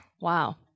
Wow